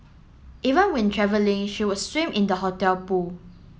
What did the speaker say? even when travelling she would swim in the hotel pool